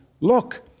look